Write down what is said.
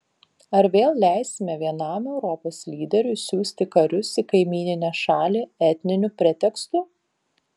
ar vėl leisime vienam europos lyderiui siųsti karius į kaimyninę šalį etniniu pretekstu